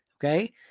okay